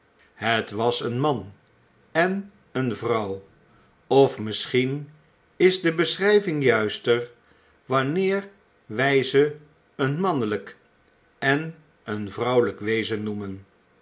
het was een man en eene vrouw of misschien is de beschrijving juister wanneer wij ze een mannelijk en een vrouwelijk wezen noemen